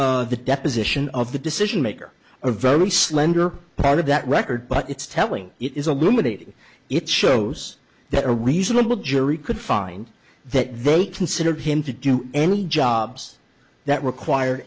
from the deposition of the decision maker a very slender part of that record but it's telling it is a limited it shows that a reasonable jury could find that they considered him to do any jobs that require